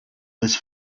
this